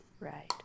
Right